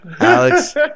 Alex